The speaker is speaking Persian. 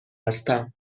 هستم